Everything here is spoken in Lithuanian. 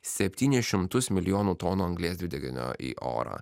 septynis šimtus milijonų tonų anglies dvideginio į orą